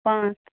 پانٛژھ